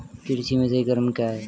कृषि में सही क्रम क्या है?